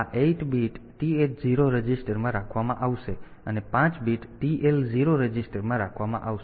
તેથી આ 8 bit TH 0 રજિસ્ટરમાં રાખવામાં આવશે અને 5 બિટ્સ TL 0 રજિસ્ટરમાં રાખવામાં આવશે